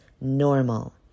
normal